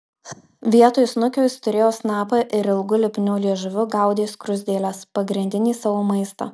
vietoj snukio jis turėjo snapą ir ilgu lipniu liežuviu gaudė skruzdėles pagrindinį savo maistą